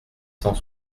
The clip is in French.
cent